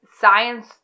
science